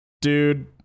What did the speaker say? Dude